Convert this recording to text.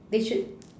they should